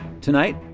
Tonight